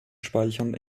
speichern